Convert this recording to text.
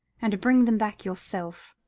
and bring them back yourself.